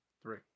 Three